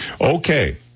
Okay